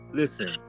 listen